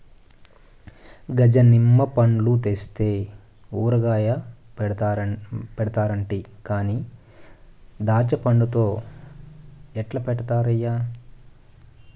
గజ నిమ్మ పండ్లు తెస్తే ఊరగాయ పెడతానంటి కానీ దాచ్చాపండ్లతో ఎట్టా పెట్టన్నయ్యా